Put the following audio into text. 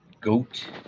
goat